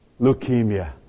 leukemia